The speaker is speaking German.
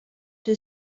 der